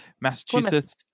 Massachusetts